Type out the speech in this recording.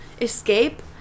escape